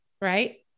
right